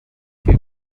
two